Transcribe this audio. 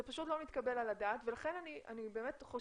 זה לא מתקבל על הדעת ולכן אני חושבת